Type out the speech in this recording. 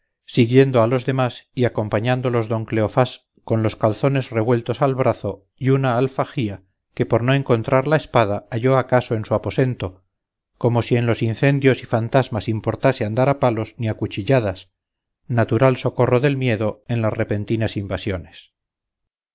siguiendo a los demás y acompañándolos don cleofás con los calzones revueltos al brazo y una alfajía que por no encontrar la espada halló acaso en su aposento como si en los incendios y fantasmas importase andar a palos ni a cuchilladas natural socorro del miedo en las repentinas invasiones